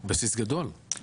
בסיס גדול.